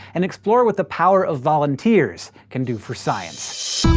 and explore what the power of volunteers can do for science.